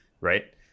right